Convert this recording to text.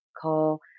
call